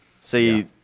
See